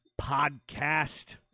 podcast